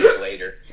later